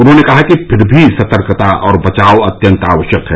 उन्होंने कहा कि फिर भी सतर्कता और बचाव अत्यंत आवश्यक है